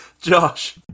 Josh